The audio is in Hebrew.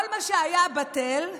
כל שהיה בטל,